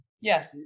Yes